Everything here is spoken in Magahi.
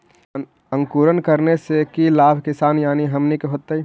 अंकुरण करने से की लाभ किसान यानी हमनि के होतय?